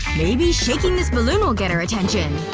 maybe shaking this balloon will get her attention?